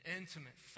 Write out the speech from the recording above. intimate